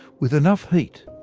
with enough heat,